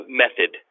method